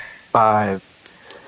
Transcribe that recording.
Five